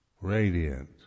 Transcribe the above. radiant